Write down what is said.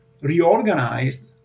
reorganized